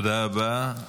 תודה רבה.